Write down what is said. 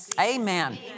Amen